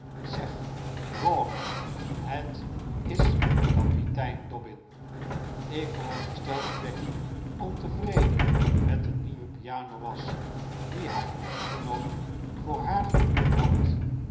zeg rawdon het is kapitein dobbin ik veronderstel dat becky ontevreden met de nieuwe piano was die haar echtgenoot voor haar gehuurd had